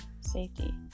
safety